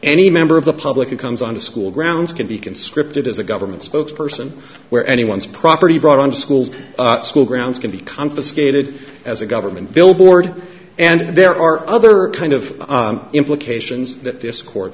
any member of the public who comes on the school grounds can be conscripted as a government spokesperson where anyone's property brought on schools school grounds can be confiscated as a government billboard and there are other kind of implications